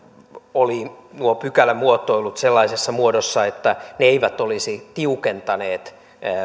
olivat nuo pykälämuotoilut sellaisessa muodossa että ne eivät olisi tiukentaneet